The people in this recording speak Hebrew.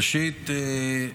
ראשית,